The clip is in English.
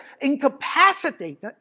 incapacitate